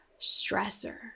stressor